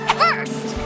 first